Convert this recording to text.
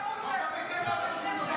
לא פניתי אליו ולא שום דבר.